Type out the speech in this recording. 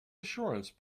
assurance